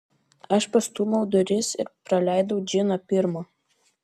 aš pastūmiau duris ir praleidau džiną pirmą